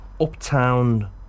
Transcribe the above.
Uptown